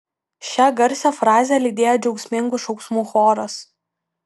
šią garsią frazę lydėjo džiaugsmingų šauksmų choras